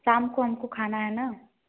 शाम को हमको खाना है ना